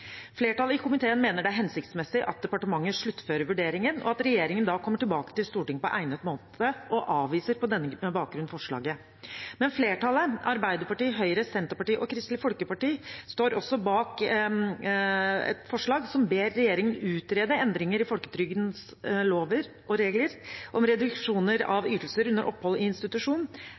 Flertallet i komiteen mener det er hensiktsmessig at departementet sluttfører vurderingen, og at regjeringen kommer tilbake til Stortinget på egnet måte, og avviser på denne bakgrunn forslaget. Men flertallet, Arbeiderpartiet, Høyre, Senterpartiet og Kristelig Folkeparti, står også bak komiteens forslag til vedtak, som ber regjeringen utrede endringer i folketrygdlovens og regler om reduksjon av ytelser under opphold i institusjon,